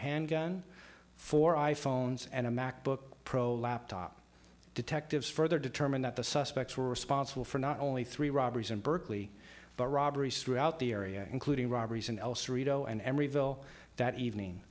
handgun for i phones and a macbook pro laptop detectives further determined that the suspects were responsible for not only three robberies in berkeley but robberies throughout the area including robberies and